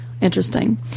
Interesting